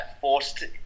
forced